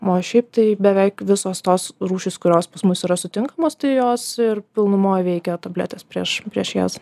o šiaip tai beveik visos tos rūšys kurios pas mus yra sutinkamos tai jos ir pilnumoj veikia tabletes prieš prieš jas